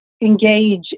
engage